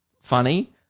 Funny